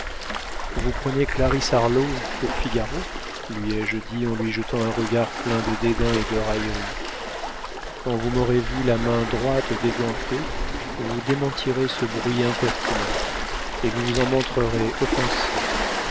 vous prenez clarisse harlowe pour figaro lui ai-je dit en lui jetant un regard plein de dédain et de raillerie quand vous m'aurez vu la main droite dégantée vous démentirez ce bruit impertinent et vous vous en montrerez offensé